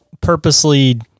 purposely